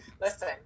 Listen